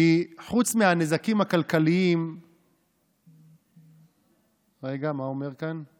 כי חוץ מהנזקים הכלכליים, רגע, מה הוא אומר כאן?